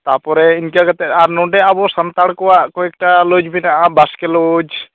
ᱛᱟᱯᱚᱨᱮ ᱤᱱᱠᱟᱹ ᱠᱟᱛᱮ ᱟᱨ ᱱᱚᱰᱮ ᱥᱟᱱᱛᱟᱲ ᱠᱚᱣᱟᱜ ᱠᱚᱭᱮᱠ ᱴᱟ ᱞᱚᱡᱽ ᱢᱮᱱᱟᱜᱼᱟ ᱵᱟᱥᱠᱮ ᱞᱚᱡᱽ